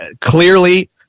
clearly